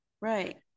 right